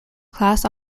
class